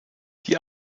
die